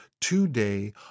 today